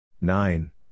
Nine